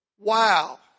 Wow